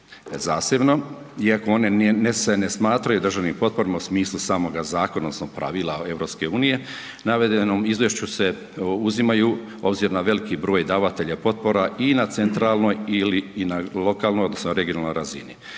zasebno iako one se ne smatraju državnim potporama u smislu samoga zakona odnosno pravila EU. U navedenom izvješću se uzimaju obzirom na veliki broj davatelja potpora i na centralnoj ili i na lokalnoj odnosno regionalnoj razini.